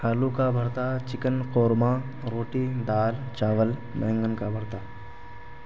آلو کا بھرتا چکن قورمہ روٹی دال چاول بیگن کا بھرتا